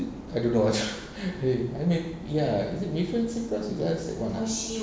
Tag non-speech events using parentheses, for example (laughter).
is it I don't know (laughs) I don't !hey! I mean ya is it mei fen sit with us sec one ah